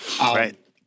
Right